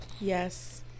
yes